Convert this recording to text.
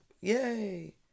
Yay